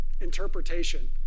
interpretation